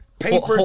Paper